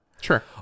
Sure